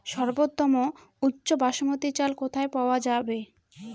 সর্বোওম উচ্চ বাসমতী চাল কোথায় পওয়া যাবে?